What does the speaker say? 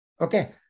okay